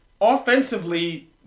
Offensively